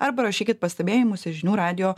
arba rašykit pastebėjimus į žinių radijo